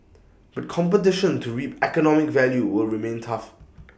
but competition to reap economic value will remain tough